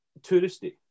touristy